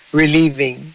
relieving